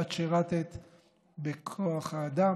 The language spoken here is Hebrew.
את שירת בכוח האדם,